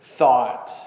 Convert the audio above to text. thought